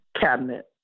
cabinet